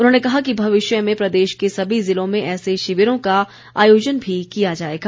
उन्होंने कहा कि भविष्य में प्रदेश के सभी ज़िलों में ऐसे शिविरों का आयोजन किया जाएगा